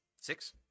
Six